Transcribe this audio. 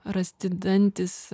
rasti dantys